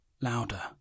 louder